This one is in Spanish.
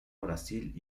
brasil